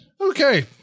Okay